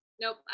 nope